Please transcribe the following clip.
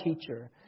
teacher